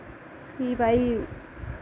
फ्ही भाई